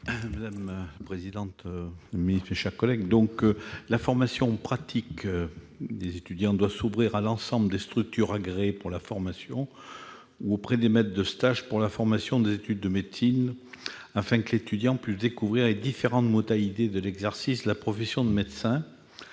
parole est à M. Daniel Chasseing. La formation pratique des étudiants doit s'ouvrir à l'ensemble des structures agréées pour la formation ou auprès des maîtres de stage pour la formation des études de médecine, afin que les étudiants puissent découvrir les différentes modalités de l'exercice de la profession de médecin.